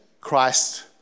Christ